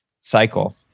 cycle